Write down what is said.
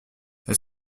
elle